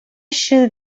should